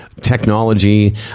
technology